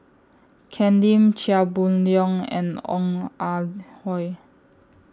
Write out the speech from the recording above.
Ken Lim Chia Boon Leong and Ong Ah Hoi